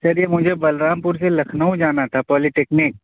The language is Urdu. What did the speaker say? سر یہ مجھے بلرام پور سے لکھنؤ جانا تھا پولی ٹیکنک